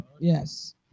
Yes